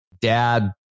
dad